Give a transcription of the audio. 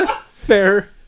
Fair